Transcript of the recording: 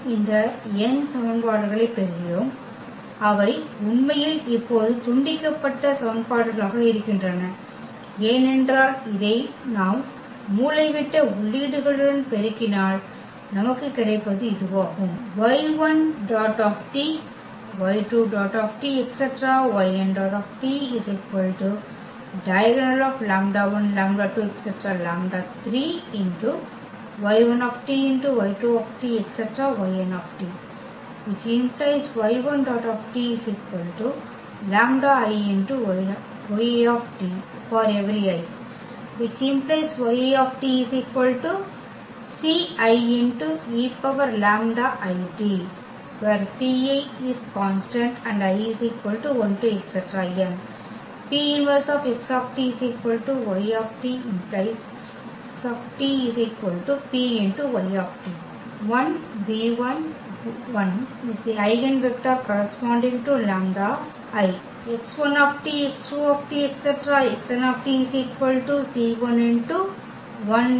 நாம் இந்த n சமன்பாடுகளைப் பெறுகிறோம் அவை உண்மையில் இப்போது துண்டிக்கப்பட்ட சமன்பாடுகளாக இருக்கின்றன ஏனென்றால் இதை நாம் மூலைவிட்ட உள்ளீடுகளுடன் பெருக்கினால் நமக்கு கிடைப்பது இதுவாகும்